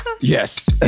yes